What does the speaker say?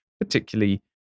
particularly